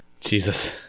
Jesus